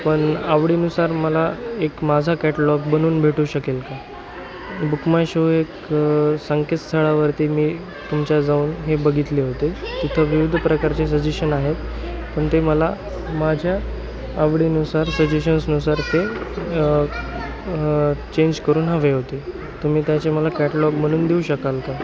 पण आवडीनुसार मला एक माझा कॅटलॉग बनून भेटू शकेल का बुक माय शो एक संकेतस्थळावरती मी तुमच्या जाऊन हे बघितले होते तिथं विविध प्रकारचे सजेशन आहेत पण ते मला माझ्या आवडीनुसार सजेशन्सनुसार ते चेंज करून हवे होते तुम्ही त्याचे मला कॅटलॉग बनवून देऊ शकाल का